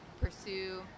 pursue